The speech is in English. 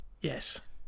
Yes